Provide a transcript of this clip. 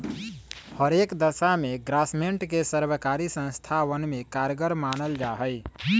हर एक दशा में ग्रास्मेंट के सर्वकारी संस्थावन में कारगर मानल जाहई